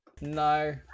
No